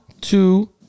two